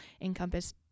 encompass